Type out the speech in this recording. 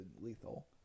Lethal